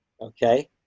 okay